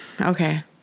Okay